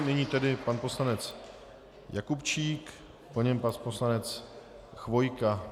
Nyní tedy pan poslanec Jakubčík, po něm pan poslanec Chvojka.